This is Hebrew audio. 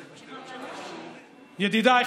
ידידיי,